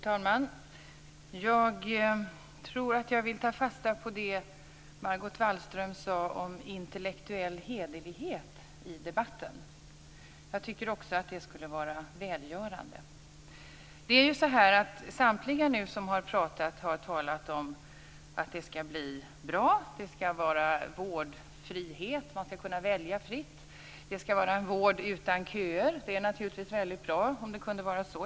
Fru talman! Jag tror att jag vill ta fasta på det Margot Wallström sade om intellektuell hederlighet i debatten. Jag tycker också att det skulle vara välgörande. Samtliga som nu har pratat har talat om att det skall bli bra. Det skall vara vårdfrihet, man skall kunna välja fritt. Det skall vara vård utan köer. Det är naturligtvis väldigt bra om det kunde vara så.